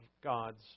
God's